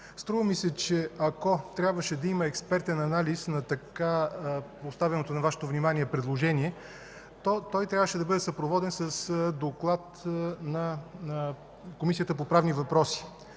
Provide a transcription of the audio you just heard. Струва ми се, че ако трябваше да има експертен анализ на така поставеното на Вашето внимание предложение, то той трябваше да бъде съпроводен с доклад на Комисията по правни въпроси.